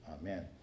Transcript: Amen